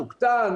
תוקטן,